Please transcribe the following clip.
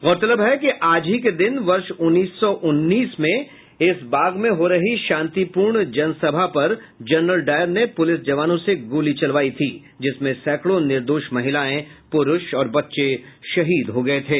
गौरतलब है कि आज ही के दिन वर्ष उन्नीस सौ उन्नीस को इस बाग में हो रही शांतिपूर्ण जनसभा पर जनरल डायर ने पूलिस जवानों से गोली चलवायी थी जिसमें सैंकड़ों निर्दोष महिलाएं पुरूष और बच्चे शहीद हुए थे